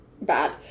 bad